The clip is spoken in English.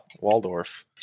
Waldorf